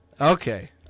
Okay